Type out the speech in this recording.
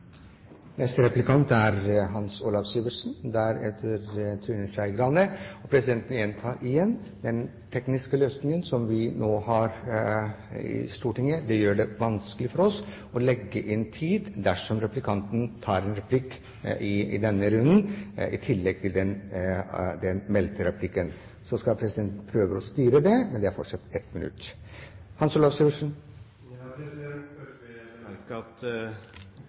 Presidenten gjentar at den tekniske løsningen som vi nå har i Stortinget, gjør det vanskelig for oss å legge inn tid dersom en replikant tar en replikk i denne runden i tillegg til den meldte replikken. Presidenten skal prøve å styre det, men taletiden er fortsatt 1 minutt. Først vil jeg bemerke at